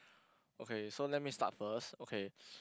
okay so let me start first okay